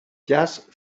just